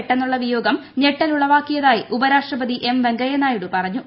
പെട്ടെന്നുള്ള വിയോഗം ഞെട്ടൽ ഉളവാക്കിയതായി ഉപരാഷ്ട്രപതി എം വെങ്കയ്യനായിഡു പറഞ്ഞു